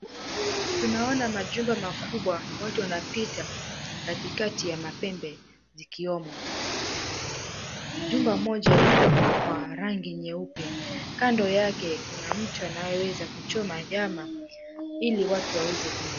Tunaona majumba makubwa, watu wanapita katikati ya mapembe zikiomo. Jumba moja lililopakwa rangi nyeupe, kando yake kuna mtu anayeweza kuchoma nyama ili watu waweze kula.